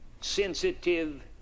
sensitive